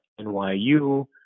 NYU